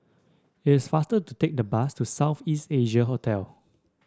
it's faster to take the bus to South East Asia Hotel